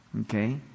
Okay